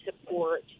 support